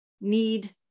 need